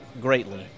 greatly